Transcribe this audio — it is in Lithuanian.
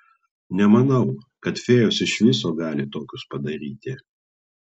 nemanau kad fėjos iš viso gali tokius padaryti